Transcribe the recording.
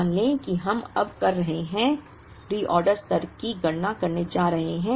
मान लें कि हम अब कर रहे हैं रीऑर्डर स्तर की गणना करने जा रहे हैं